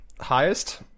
highest